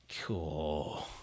Cool